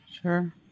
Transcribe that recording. sure